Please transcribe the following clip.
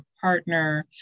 partner